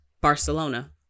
Barcelona